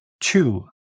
Two